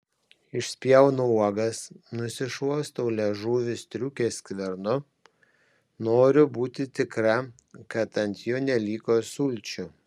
išspjaunu uogas nusišluostau liežuvį striukės skvernu noriu būti tikra kad ant jo neliko sulčių